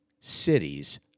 cities